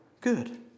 good